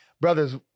Brothers